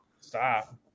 Stop